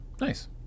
Nice